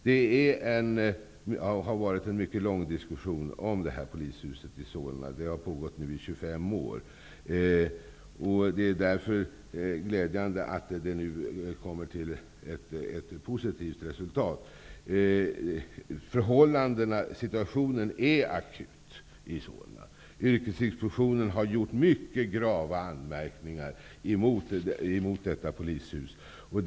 Diskussionen om polishuset i Solna har varit mycket lång. Den har pågått i 25 år. Det är därför glädjande att diskussionen nu leder till ett positivt resultat. Situationen i Solna är akut. Yrkesinspektionen har gjort mycket grava anmärkningar mot polishuset.